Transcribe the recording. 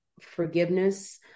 forgiveness